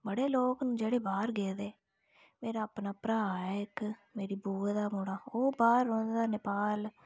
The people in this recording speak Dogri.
बड़े लोक न जेह्ड़े बाह्र गेदे मेरा अपना भ्राऽ ऐ इक मेरी बूआ दा मुड़ा ओह् बाह्र रौंह्दा नेपाल